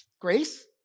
Grace